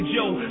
Joe